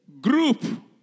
group